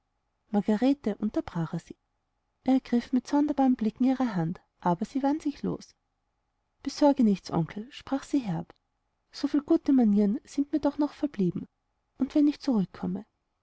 margarete unterbrach er sie er ergriff mit sonderbaren blicken ihre hand aber sie wand sich los besorge nichts onkel sprach sie herb so viel gute manieren sind mir doch noch verblieben und wenn ich zurückkomme